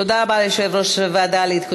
תודה רבה ליושב-ראש הוועדה לדיון בהצעת חוק